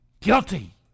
guilty